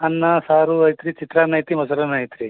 ಅನ್ನ ಸಾರು ಐತೆ ರೀ ಚಿತ್ರಾನ್ನ ಐತೆ ಮೊಸರನ್ನ ಐತೆ ರೀ